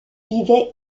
vivait